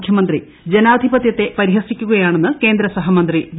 മുഖ്യമന്ത്രി ജനാധിപത്യത്തെ പരിഹസിക്കുകയാണെന്ന് കേന്ദ്ര സഹമന്ത്രി വി